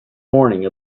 morning